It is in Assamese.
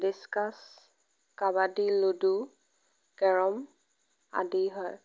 ডিচকাচ কাবাডী লুডু কেৰম আদি হয়